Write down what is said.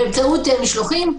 באמצעות משלוחים,